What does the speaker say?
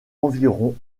environ